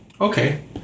okay